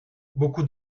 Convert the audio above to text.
beaucoup